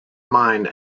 mine